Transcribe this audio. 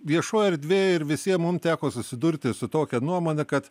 viešoj erdvėj ir visiems mums teko susidurti su tokia nuomonė kad